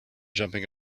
jumping